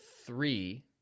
three